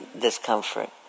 discomfort